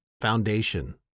foundation